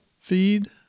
feed